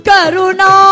Karuna